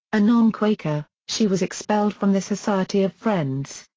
a non-quaker, she was expelled from the society of friends.